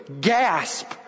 gasp